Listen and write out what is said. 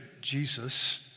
Jesus